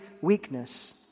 weakness